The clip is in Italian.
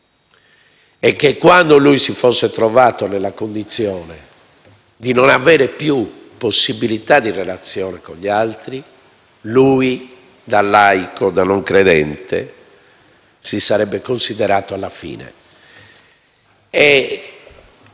e che quando si fosse trovato nella condizione di non avere più possibilità di relazione con gli altri, da laico, da non credente, si sarebbe considerato alla fine.